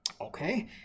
Okay